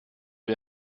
wie